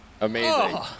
Amazing